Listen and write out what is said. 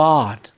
God